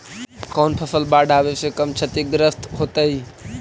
कौन फसल बाढ़ आवे से कम छतिग्रस्त होतइ?